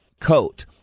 coat